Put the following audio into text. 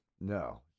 No